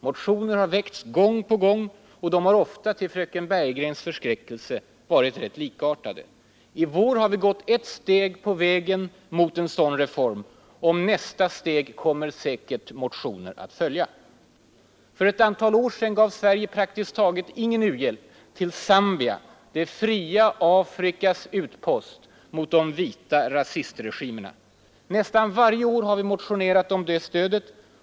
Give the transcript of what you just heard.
Motioner har väckts gång på gång, och 6 juni 1973 de har till fröken Bergegrens förskräckelse varit rätt likartade. I vår har vi -—— =+Åtagit ett steg på vägen mot en sådan reform. Nästa steg kommer säkert att : För ett antal år sedan gav Sverige praktiskt taget ingen u-hjälp till ordning m.m. Zambia, det fria Afrikas utpost mot de vita rasistregimerna. Nästan varje år har vi motionerat om det stödet.